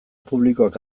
publikoak